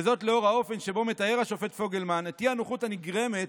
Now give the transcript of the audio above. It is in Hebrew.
וזאת לאור האופן שבו מתאר השופט פוגלמן את האי-נוחות הנגרמת